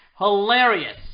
Hilarious